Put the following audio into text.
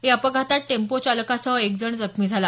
या अपघातात टेम्पो चालकासह एक जण जखमी झाला